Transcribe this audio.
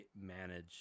manage